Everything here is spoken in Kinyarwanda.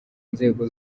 nzego